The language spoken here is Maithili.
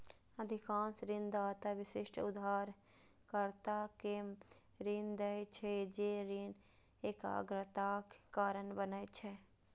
अधिकांश ऋणदाता विशिष्ट उधारकर्ता कें ऋण दै छै, जे ऋण एकाग्रताक कारण बनै छै